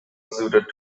suited